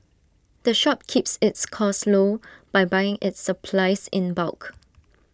the shop keeps its costs low by buying its supplies in bulk